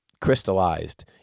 crystallized